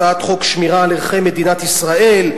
הצעת חוק שמירה על ערכי מדינת ישראל,